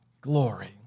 glory